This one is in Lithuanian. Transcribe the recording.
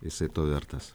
jisai to vertas